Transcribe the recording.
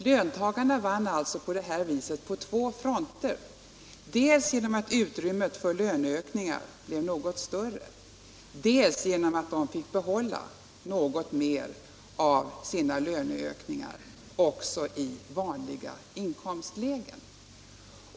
Löntagarna vann alltså på detta sätt på två fronter — dels genom att utrymmet för löneökningar blev något större, dels genom att de fick behålla något mer av sina löneökningar också i vanliga inkomstlägen.